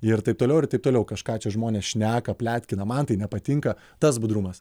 ir taip toliau ir taip toliau kažką čia žmonės šneka pletkina man tai nepatinka tas budrumas